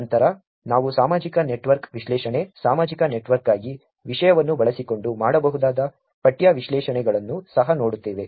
ನಂತರ ನಾವು ಸಾಮಾಜಿಕ ನೆಟ್ವರ್ಕ್ ವಿಶ್ಲೇಷಣೆ ಸಾಮಾಜಿಕ ನೆಟ್ವರ್ಕ್ಗಾಗಿ ವಿಷಯವನ್ನು ಬಳಸಿಕೊಂಡು ಮಾಡಬಹುದಾದ ಪಠ್ಯ ವಿಶ್ಲೇಷಣೆಗಳನ್ನು ಸಹ ನೋಡುತ್ತೇವೆ